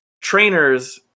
trainers